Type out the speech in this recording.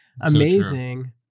amazing